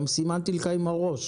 גם סימנתי לך עם הראש.